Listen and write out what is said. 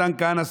מתן כהנא,